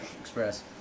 Express